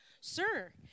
sir